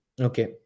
Okay